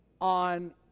on